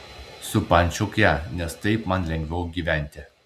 supančiok ją nes taip man lengviau gyventi